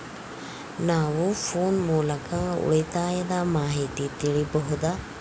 ನಾವು ಫೋನ್ ಮೂಲಕ ಉಳಿತಾಯದ ಮಾಹಿತಿ ತಿಳಿಯಬಹುದಾ?